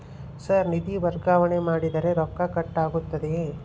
Sir ನಿಧಿ ವರ್ಗಾವಣೆ ಮಾಡಿದರೆ ರೊಕ್ಕ ಕಟ್ ಆಗುತ್ತದೆಯೆ?